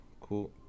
Cool